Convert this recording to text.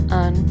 on